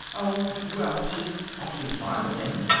oh, well, she's awfully fond of them,